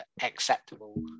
acceptable